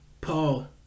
Paul